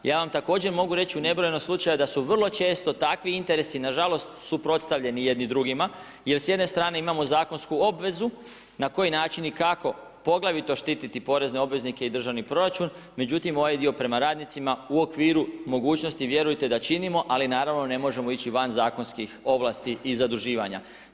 Ja vam također mogu reći u nebrojeno slučaja da su vrlo često takvi interesi, nažalost suprotstavljeni jedni drugima jer s jedne strane imamo zakonsku obvezu na koji način i kako poglavito štiti porezne obveznike i državni proračun, međutim ovaj dio prema radnicima u okviru mogućnosti vjerujete da činimo ali naravno ne možemo ići van zakonskih ovlasti i zaduživanja.